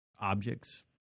objects